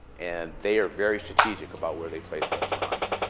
and they are very strategic about where they place restaurants.